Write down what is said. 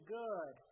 good